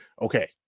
okay